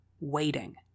waiting